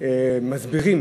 מסבירים